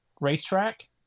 racetrack